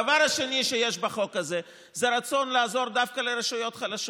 הדבר השני שיש בחוק הזה זה רצון לעזור דווקא לרשויות חלשות.